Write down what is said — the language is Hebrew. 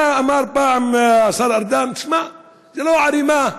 מה אמר פעם השר ארדן, תשמע, זו לא ערימה,